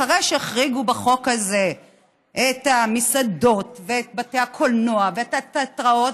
אחרי שהחריגו בחוק הזה את המסעדות ואת בתי הקולנוע ואת התיאטראות,